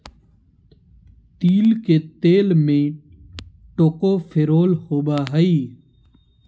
तिल के तेल में टोकोफेरोल होबा हइ